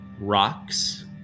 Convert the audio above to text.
rocks